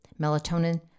Melatonin